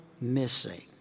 missing